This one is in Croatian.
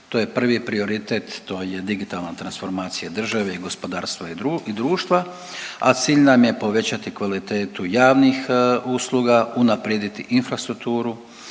To je prvi prioritet, to je digitalna transformacija države i gospodarstva i društva a cilj nam je povećati kvalitetu javnih usluga, unaprijediti infrastrukturu,